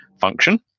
function